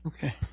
Okay